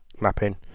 mapping